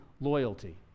loyalty